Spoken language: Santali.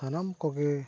ᱥᱟᱱᱟᱢ ᱠᱚᱜᱮ